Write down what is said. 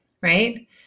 Right